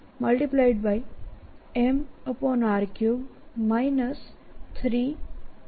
અને તે 04πmr3 3m